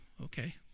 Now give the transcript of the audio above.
okay